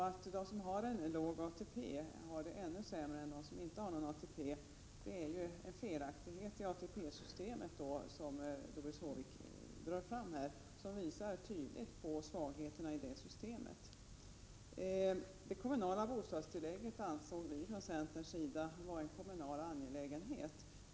Att de som har en låg ATP har det ännu sämre än de som inte har någon ATP är ju en felaktighet i ATP-systemet, som Doris Håvik pekade på. Det finns alltså svagheter i systemet. Centern anser att det kommunala bostadstillägget är en kommunal angelägenhet.